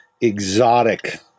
exotic